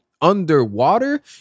underwater